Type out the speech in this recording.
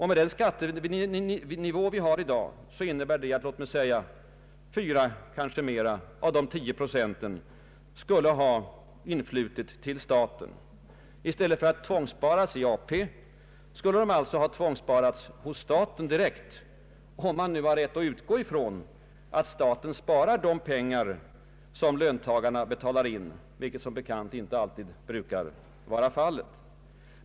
Med den skattenivå vi har i dag innebär det att låt säga 4, eller kanske mera, av de 10 procenten skulle ha influtit till staten. I stället för att tvångssparas i AP skulle de alltså ha tvångssparats hos staten direkt, om man har rätt att utgå ifrån att staten sparat de pengar som löntagarna betalat in, vilket som bekant inte alltid brukar vara fallet.